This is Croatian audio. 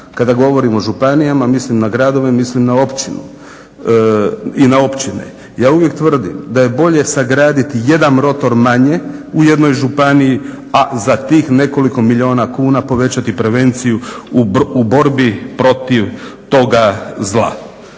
Kada govorim o županijama mislim na gradove, mislim na gradove i na općine. Ja uvijek tvrdim da je bolje sagraditi jedan rotor manje u jednoj županiji, a za tih nekoliko milijuna kuna povećati prevenciju u borbi protiv toga zla.